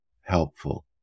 helpful